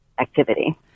activity